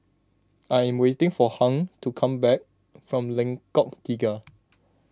I am waiting for Hung to come back from Lengkok Tiga